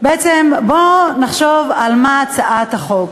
בואו נחשוב על מה הצעת החוק.